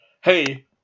hey